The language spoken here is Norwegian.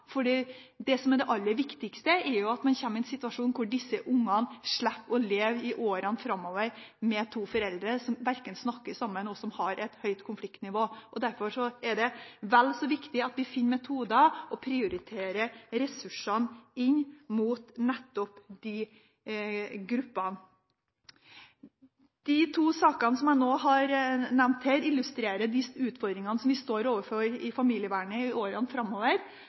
fordi det aller viktigste er jo at man kommer i en situasjon hvor disse barna slipper å leve i år framover med to foreldre som ikke snakker sammen og som har et høyt konfliktnivå. Derfor er det vel så viktig at vi finner metoder og prioriterer ressursene inn mot nettopp disse gruppene. De to sakene som jeg nå har nevnt, illustrerer utfordringene vi står overfor i familievernet i årene framover.